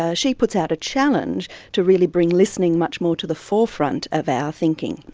ah she puts out a challenge to really bring listening much more to the forefront of our thinking.